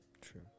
True